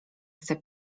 chce